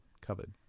covered